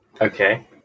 Okay